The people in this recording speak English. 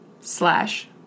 slash